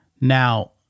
Now